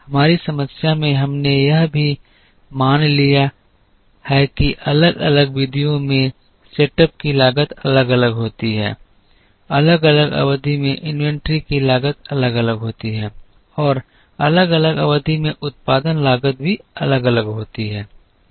हमारी समस्या में हमने यह भी मान लिया है कि अलग अलग अवधियों में सेटअप की लागत अलग अलग होती है अलग अलग अवधि में इन्वेंट्री की लागत अलग अलग होती है और अलग अलग अवधि में उत्पादन लागत भी अलग अलग होती है